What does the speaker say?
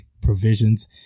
provisions